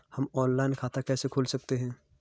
हम ऑनलाइन खाता कैसे खोल सकते हैं?